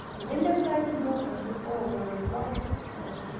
the window sides and door posts of all were as white as snow,